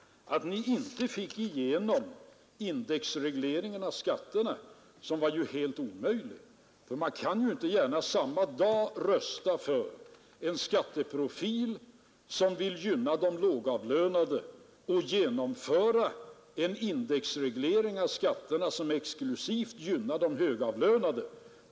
Ni fick inte igenom en indexreglering av skatterna, därför att det var ett helt omöjligt förslag. Man kan ju inte gärna samma dag rösta för en skatteprofil som vill gynna de lågavlönade och för en indexreglering av skatterna som exklusivt gynnar de högavlönade.